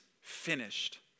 finished